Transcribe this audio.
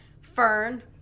Fern